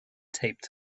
taped